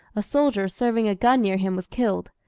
a soldier serving a gun near him was killed.